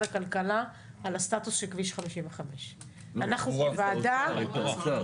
הכלכלה על הסטטוס של כביש 55. משרד האוצר.